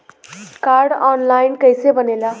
Card online कइसे बनेला?